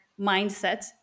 mindset